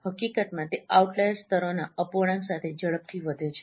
હકીકતમાં તે આઉટલાઈર સ્તરોના અપૂર્ણાંક સાથે ઝડપથી વધે છે